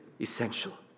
essential